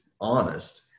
honest